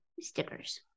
stickers